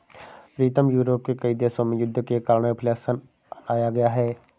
प्रीतम Europe के कई देशों में युद्ध के कारण रिफ्लेक्शन लाया गया है